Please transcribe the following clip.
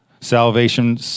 Salvation